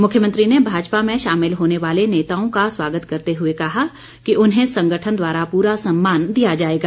मुख्यमंत्री ने भाजपा में शामिल होने वाले नेताओं का स्वागत करते हुए कहा कि उन्हें संगठन द्वारा पूरा सम्मान दिया जाएगा